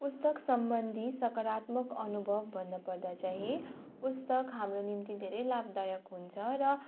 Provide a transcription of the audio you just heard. पुस्तक सम्बन्धी सकारात्मक अनुभव भन्नपर्दा चाहिँ पुस्तक हाम्रो निम्ति धेरै लाभदायक हुन्छ र